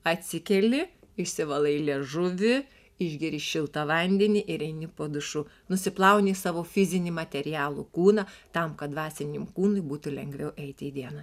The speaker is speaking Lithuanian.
atsikeli išsivalai liežuvį išgeri šiltą vandenį ir eini po dušu nusiplauni savo fizinį materialų kūną tam kad dvasiniam kūnui būtų lengviau eiti į dieną